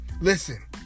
Listen